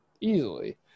easily